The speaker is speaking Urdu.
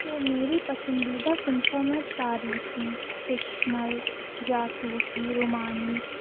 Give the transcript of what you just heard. تو میری پسندیدہ صنفوں میں تاریخی فکشنل جاسوسی رومانی